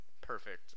perfect